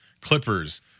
Clippers